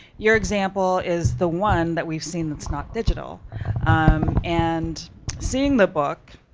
your example is the one that we've seen that's not digital and seeing the book,